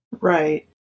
Right